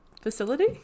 facility